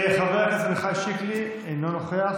חבר הכנסת עמיחי שיקלי, אינו נוכח,